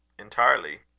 entirely.